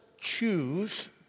choose